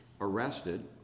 arrested